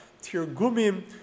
Tirgumim